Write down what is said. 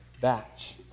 batch